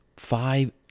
Five